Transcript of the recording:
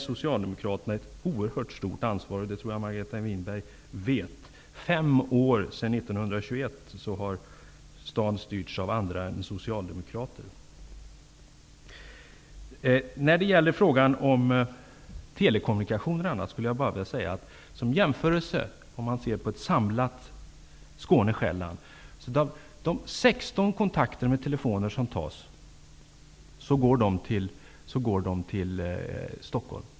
Socialdemokraterna bär ett oerhört stort ansvar för detta, och det tror jag att Margareta Winberg vet. Under fem år sedan 1921 har staden styrts av andra än socialdemokrater. När det gäller frågan om telekommunikationer och annat kan göras en jämförelse. I ett samlat Skåne-- Själland tas 16 kontakter per telefon, till största delen med Stockholm.